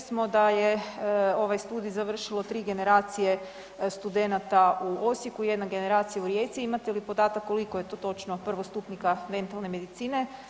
Čuli smo da je ovaj studij završilo tri generacija studenata u Osijeku, jedna generacija u Rijeci, imate li podatak koliko je to točno prvostupnika dentalne medicine?